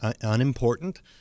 unimportant